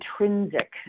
intrinsic